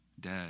Dead